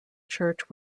church